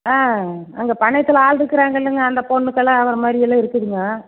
ஆ அங்கே பண்ணையத்தில் ஆள் இருக்கிறாங்கள்லங்க அந்த பொண்ணுக்கல்லாம் அவற மாதிரி எல்லாம் இருக்குதுங்க